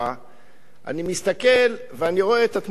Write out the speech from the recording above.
אני מסתכל ואני רואה את התמונה של הרצל.